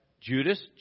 Judas